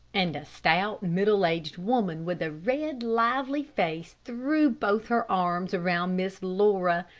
and a stout, middle-aged woman, with a red, lively face, threw both her arms around miss laura,